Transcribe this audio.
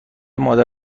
مادر